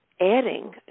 adding